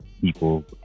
people